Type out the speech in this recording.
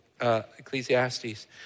Ecclesiastes